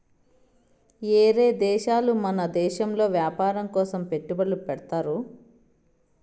ఏరే దేశాలు మన దేశంలో వ్యాపారం కోసం పెట్టుబడి పెడ్తారు